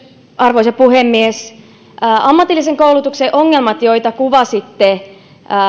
arvoisa puhemies ammatillisen koulutuksen ongelmat joita kuvasitte